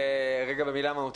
רגע במילה מהותית,